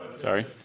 Sorry